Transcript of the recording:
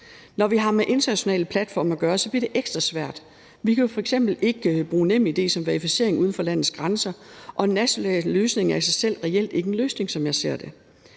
Når vi har med internationale platforme at gøre, bliver det ekstra svært. Vi kan jo f.eks. ikke bruge NemID som verificering uden for landets grænser, og en national løsning er i sig selv reelt ikke en løsning, som jeg ser det.